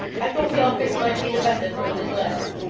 i thought the office might be the better for a little air,